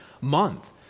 month